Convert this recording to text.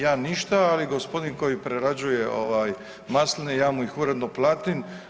Ja ništa, ali gospodin koji prerađuje ovaj masline ja mu ih uredno platim.